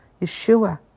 Yeshua